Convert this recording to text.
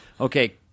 okay